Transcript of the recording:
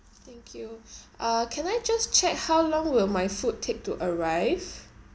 thank you uh can I just check how long will my food take to arrive